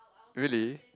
really